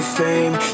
fame